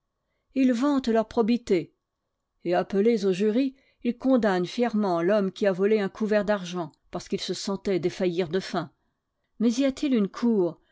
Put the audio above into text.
ils vantent leur probité et appelés au jury ils condamnent fièrement l'homme qui a volé un couvert d'argent parce qu'il se sentait défaillir de faim mais y a-t-il une cour